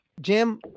Jim